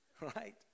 right